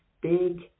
big